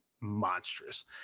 monstrous